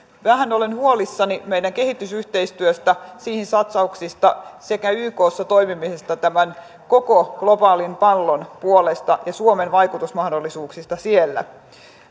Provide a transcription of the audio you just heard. vähän olen huolissani meidän kehitysyhteistyöstämme siihen satsauksista sekä ykssa toimimisesta tämän koko globaalin pallon puolesta ja suomen vaikutusmahdollisuuksista siellä